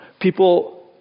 people